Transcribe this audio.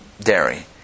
dairy